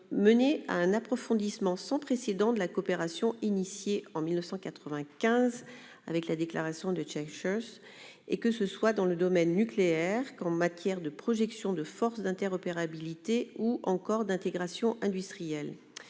mené à un approfondissement sans précédent de la coopération engagée en 1995 avec la déclaration de Christchurch, aussi bien dans le domaine nucléaire qu'en matière de projection de forces d'interopérabilité ou d'intégration industrielle.